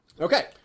Okay